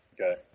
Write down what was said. Okay